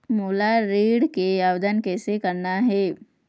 मोला ऋण के आवेदन कैसे करना हे?